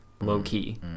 low-key